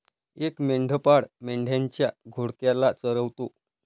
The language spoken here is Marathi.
एक मेंढपाळ मेंढ्यांच्या घोळक्याला चरवतो